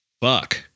Fuck